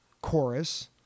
chorus